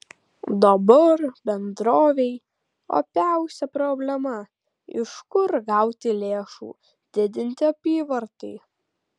dabar bendrovei opiausia problema iš kur gauti lėšų didinti apyvartai